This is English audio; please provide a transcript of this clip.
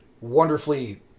wonderfully